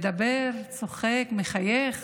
מדבר, צוחק, מחייך.